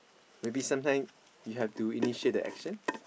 maybe sometime you have to initiate the action